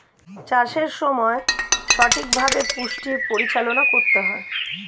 চাষের সময় সঠিকভাবে পুষ্টির পরিচালনা করতে হয়